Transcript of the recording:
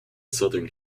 southern